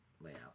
layout